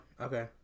okay